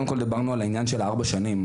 דיברנו על העניין של 4 שנים,